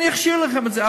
אני אכשיר לכם את זה.